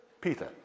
Peter